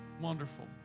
wonderful